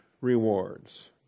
rewards